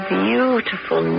beautiful